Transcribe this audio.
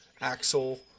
axle